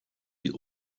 die